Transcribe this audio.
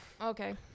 Okay